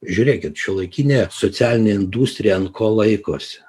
žiūrėkit šiuolaikinė socialinė industrija ant ko laikosi